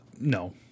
No